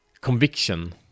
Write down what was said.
Conviction